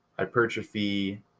hypertrophy